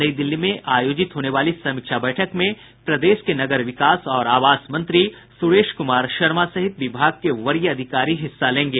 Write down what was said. नई दिल्ली में आयोजित होने वाली समीक्षा बैठक में प्रदेश के नगर विकास और आवास मंत्री सुरेश कुमार शर्मा सहित विभाग के वरीय अधिकारी हिस्सा लेंगे